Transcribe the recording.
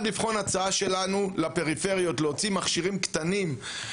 אחד לבחון הצעה שלנו לפריפריות: להוציא מכשירים קטנים,